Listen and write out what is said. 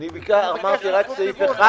אני אמרתי רק סעיף אחד.